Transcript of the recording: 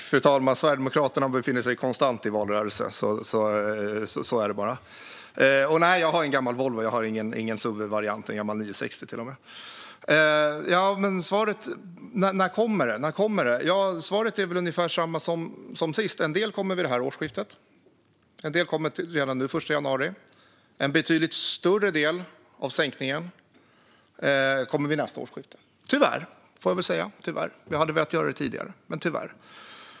Fru talman! Sverigedemokraterna befinner sig konstant i valrörelse. Så är det bara. Jag har en gammal Volvo, ingen suv-variant utan en gammal 960. När kommer det? Svaret är ungefär väl detsamma som sist. En del kommer vid det här årsskiftet, redan nu den 1 januari. En betydligt större del av sänkningen kommer vid nästa årsskifte. Tyvärr, får jag väl säga. Vi hade velat göra det tidigare, men tyvärr.